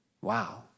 Wow